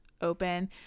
open